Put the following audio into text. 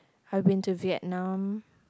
I've been to Vietnam